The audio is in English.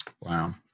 Wow